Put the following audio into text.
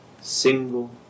single